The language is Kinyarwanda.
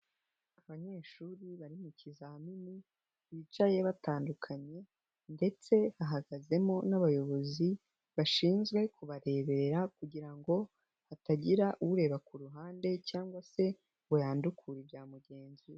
Abanyeshuri bari mu kizamini bicaye batandukanye, ndetse hahagazemo n'abayobozi bashinzwe kubarebera kugira ngo hatagira ureba ku ruhande cyangwa se ngo yandukure ibya mugenzi we.